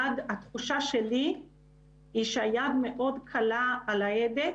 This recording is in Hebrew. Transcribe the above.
שהתחושה שלי היא שהיד מאוד קלה על ההדק